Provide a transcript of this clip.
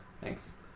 Thanks